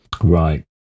right